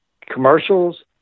commercials